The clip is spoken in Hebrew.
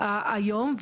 היום,